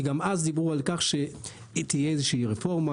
כי גם אז דיברו על כך שתהיה איזה שהיא רפורמה,